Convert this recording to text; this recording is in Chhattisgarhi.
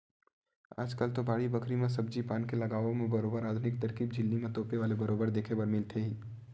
आजकल तो बाड़ी बखरी म सब्जी पान के लगावब म बरोबर आधुनिक तरकीब झिल्ली म तोपे वाले बरोबर देखे बर मिलथे ही